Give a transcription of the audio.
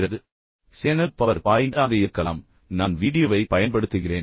இப்போது எடுத்துக்காட்டாக channel power point ஆக இருக்கலாம் நான் வீடியோவைப் பயன்படுத்துகிறேன்